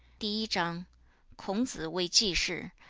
di yi zhang kong zi wei ji shi,